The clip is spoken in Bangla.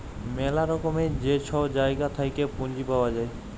ম্যালা রকমের যে ছব জায়গা থ্যাইকে পুঁজি পাউয়া যায়